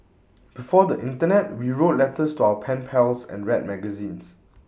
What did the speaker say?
before the Internet we wrote letters to our pen pals and read magazines